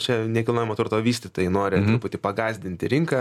čia nekilnojamo turto vystytojai nori truputį pagąsdinti rinką